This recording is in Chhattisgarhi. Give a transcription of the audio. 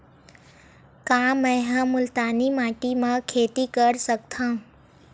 का मै ह मुल्तानी माटी म खेती कर सकथव?